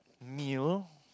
meal